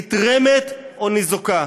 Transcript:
נתרמת או ניזוקה?